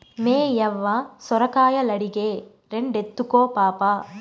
మేయవ్వ సొరకాయలడిగే, రెండెత్తుకో పాపా